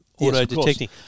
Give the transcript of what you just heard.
auto-detecting